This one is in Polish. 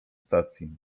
stacji